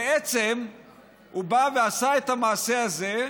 בעצם הוא בא ועשה את המעשה הזה,